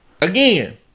Again